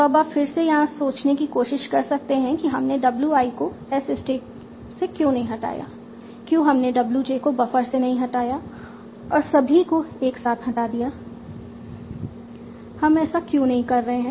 तो अब आप फिर से यहाँ सोचने की कोशिश कर सकते हैं कि हमने w i को S स्टैक से क्यों नहीं हटाया क्यों हमने w j को बफर से नहीं हटाया और सभी को एक साथ हटा दिया हम ऐसा क्यों नहीं कर रहे हैं